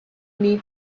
need